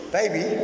Baby